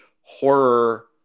horror